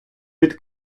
від